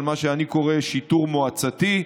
מה שאני קורא "שיטור מועצתי".